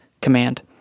command